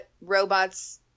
robots